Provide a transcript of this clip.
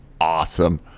awesome